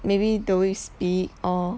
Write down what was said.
maybe the way we speak or